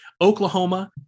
Oklahoma